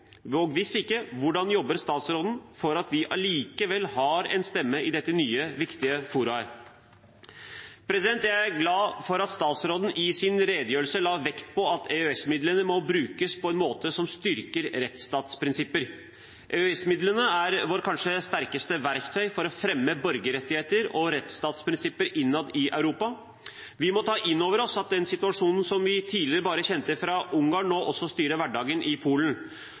Og hvis ikke, hvordan jobber statsråden for at vi allikevel skal ha en stemme i dette nye, viktige forumet? Jeg er glad for at statsråden i sin redegjørelse la vekt på at EØS-midlene må brukes på en måte som styrker rettsstatsprinsipper. EØS-midlene er vårt kanskje sterkeste verktøy for å fremme borgerrettigheter og rettsstatsprinsipper innad i Europa. Vi må ta inn over oss at den situasjonen som vi tidligere bare kjente fra Ungarn, nå også styrer hverdagen i Polen.